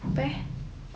apa eh